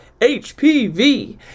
HPV